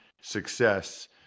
success